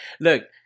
look